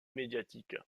médiatique